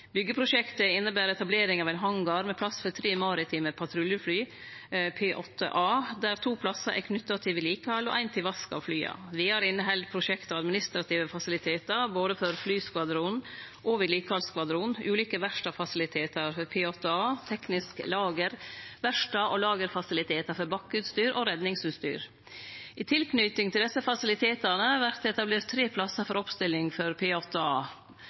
Byggeprosjektet inneber etablering av ein hangar med plass for tre maritime patruljefly, P-8A, der to plassar er knytte til vedlikehald og ein til vask av flya. Vidare inneheld prosjektet administrative fasilitetar for både flyskvadronen og vedlikehaldsskvadronen, ulike verkstadfasilitetar for P-8A, teknisk lager og verkstad- og lagerfasilitetar for bakkeutstyr og redningsutstyr. I tilknyting til desse fasilitetane vert det etablert tre plassar for oppstilling for